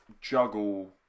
juggle